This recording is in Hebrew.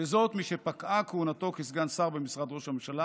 וזאת משפקעה כהונתו כסגן שר במשרד ראש הממשלה